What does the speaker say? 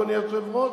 אדוני היושב-ראש,